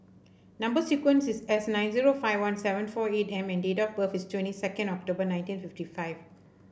number sequence is S nine zero five one seven four eight M and date of birth is twenty second October nineteen fifty five